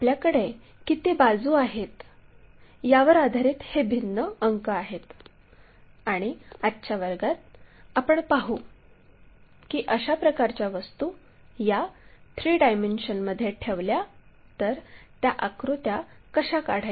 आपल्याकडे किती बाजू आहेत यावर आधारित हे भिन्न अंक आहेत आणि आजच्या वर्गात आपण पाहू की अशा प्रकारच्या वस्तू या 3 डायमेन्शनमध्ये ठेवल्या तर त्या आकृत्या कशा काढायच्या